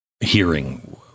hearing